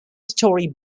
story